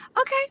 okay